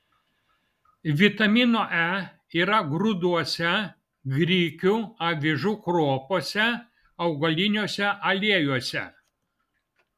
vitamino e yra grūduose grikių avižų kruopose augaliniuose aliejuose